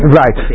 right